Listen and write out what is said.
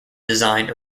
designed